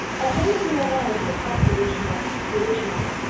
and then the v and a, they have the original, the original